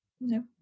No